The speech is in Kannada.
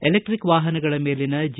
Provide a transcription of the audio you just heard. ಇಲೆಕ್ಟಿಕ್ ವಾಹನಗಳ ಮೇಲಿನ ಜಿ